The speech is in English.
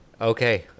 Okay